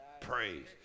praise